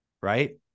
right